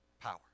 Power